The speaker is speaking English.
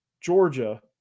Georgia